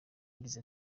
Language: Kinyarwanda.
yagize